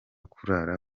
kurara